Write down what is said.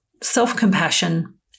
self-compassion